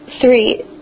Three